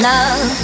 Love